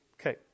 Okay